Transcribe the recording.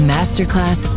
Masterclass